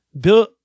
Bill